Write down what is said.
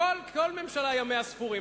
כל ממשלה ימיה ספורים.